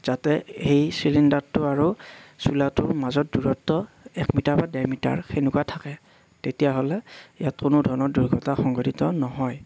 যাতে সেই চিলিণ্ডাৰটো আৰু চোলাটোৰ মাজত দূৰত্ব এক মিটাৰ বা ডেৰ মিটাৰ সেনেকুৱা থাকে তেতিয়াহ'লে ইয়াত কোনো ধৰণৰ দুৰ্ঘটনা সংঘঠিত নহয়